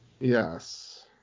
Yes